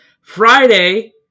Friday